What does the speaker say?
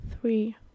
THREE